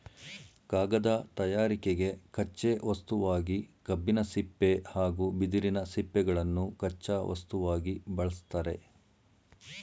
ಕಾಗದ ತಯಾರಿಕೆಗೆ ಕಚ್ಚೆ ವಸ್ತುವಾಗಿ ಕಬ್ಬಿನ ಸಿಪ್ಪೆ ಹಾಗೂ ಬಿದಿರಿನ ಸಿಪ್ಪೆಗಳನ್ನು ಕಚ್ಚಾ ವಸ್ತುವಾಗಿ ಬಳ್ಸತ್ತರೆ